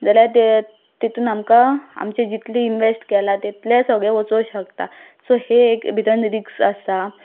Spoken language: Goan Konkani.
जाल्यार ते तितून आमकां आमचें जितले इनवॅस्ट केलां तितलें सगळें वचोंक शकता सो हे एक भितर तेतून एख रिक्स आसा